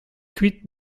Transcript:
kuit